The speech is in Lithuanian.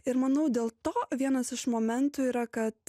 ir manau dėl to vienas iš momentų yra kad